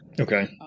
Okay